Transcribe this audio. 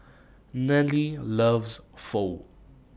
Nelly loves Pho